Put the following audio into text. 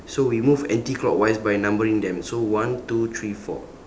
so we move anticlockwise by numbering them so one two three four